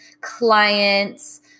client's